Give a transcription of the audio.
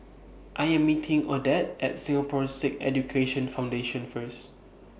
I Am meeting Odette At Singapore Sikh Education Foundation First